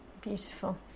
beautiful